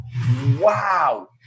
wow